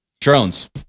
Drones